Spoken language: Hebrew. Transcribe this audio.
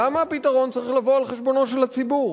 למה הפתרון צריך לבוא על חשבונו של הציבור?